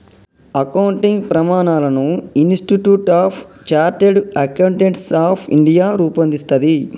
accounting ప్రమాణాలను institute of chartered accountants of India రూపొందిస్తది